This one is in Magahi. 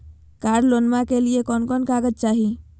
कार लोनमा के लिय कौन कौन कागज चाही?